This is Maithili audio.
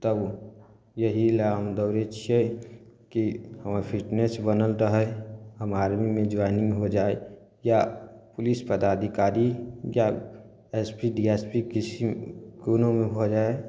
उ एहि लए हम दौड़य छियै कि हमर फिटनेस बनल रहय हमर आर्मीमे जॉइनिंग हो जाइ या पुलिस पदाधिकारी या S P D S P किछु कोनोमे भऽ जाइ